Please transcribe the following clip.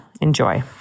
Enjoy